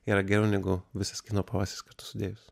yra geriau negu visas kino pavasaris kartu sudėjus